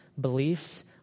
beliefs